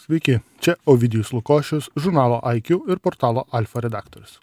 sveiki čia ovidijus lukošius žurnalo aikjū ir portalo alfa redaktorius